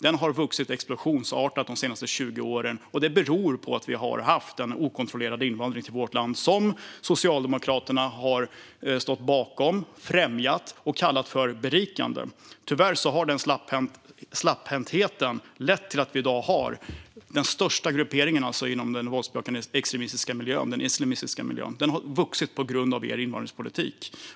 Den har vuxit explosionsartat de senaste 20 åren. Det beror på att vi har haft en okontrollerad invandring till vårt land som Socialdemokraterna har stått bakom, främjat och kallat för berikande. Tyvärr har släpphäntheten lett till att vi i dag har den största grupperingen inom den våldsbejakande islamistiska miljön. Den har vuxit på grund av er invandringspolitik.